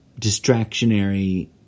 distractionary